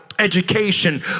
Education